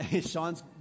Sean's